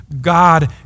God